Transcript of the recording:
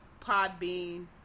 Podbean